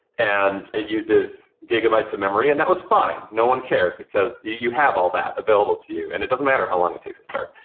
and it uses gigabytes of memory, and that was fine. no one cared, because you you have all that available to you and it doesn't matter how long it takes to start.